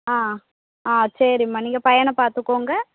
ஆ ஆ சரிம்மா நீங்கள் பையனை பார்த்துக்கோங்க